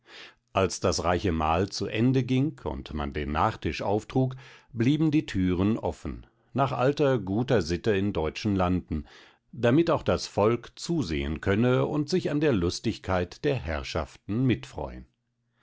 als das reiche mahl zu ende ging und man den nachtisch auftrug blieben die türen offen nach alter guter sitte in deutschen landen damit auch das volk zusehen könne und sich an der lustigkeit der herrschaften mitfreuen